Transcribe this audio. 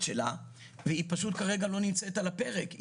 שלה והיא פשוט כרגע לא נמצאת על הפרק.